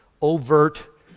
overt